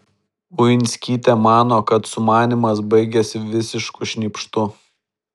uinskytė mano kad sumanymas baigėsi visišku šnypštu